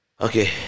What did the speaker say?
Okay